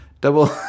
double